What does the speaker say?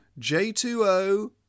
J2O